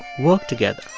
work together,